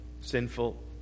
sinful